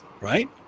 right